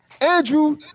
Andrew